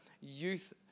youth